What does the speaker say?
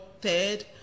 third